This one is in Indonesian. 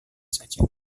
saja